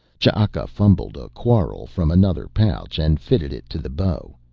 ch'aka fumbled a quarrel from another pouch and fitted it to the bow.